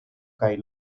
kaj